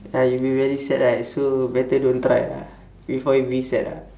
ah you'll be very sad right so better don't try ah before you be sad ah